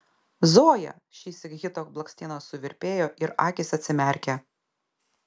zoja šįsyk hito blakstienos suvirpėjo ir akys atsimerkė